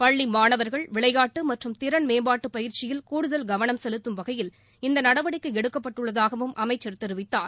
பள்ளி மாணவா்கள் விளையாட்டு மற்றும் திறன் மேம்பாட்டு பயிற்சியில் கூடுதல் கவனம் செலுத்தும் வகையில் இந்நடவடிக்கை எடுக்கப்பட்டுள்ளதாகவும் அமைச்சர் தெரிவித்தார்